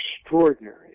extraordinary